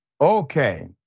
Okay